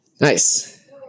Nice